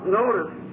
notice